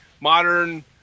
Modern